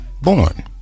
born